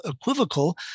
equivocal